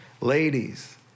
ladies